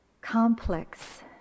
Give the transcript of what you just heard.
complex